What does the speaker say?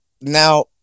Now